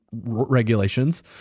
regulations